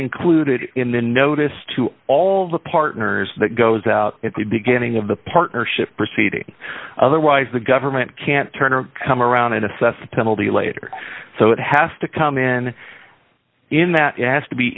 included in the notice to all the partners that goes out at the beginning of the partnership proceeding otherwise the government can't turn or come around and assess the penalty later so it has to come in in that it has to be